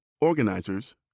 organizers